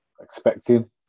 expecting